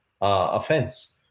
offense